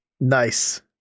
nice